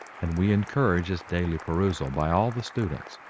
and we encourage its daily perusal by all the students.